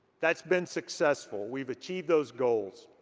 that's been successful. we've achieved those goals.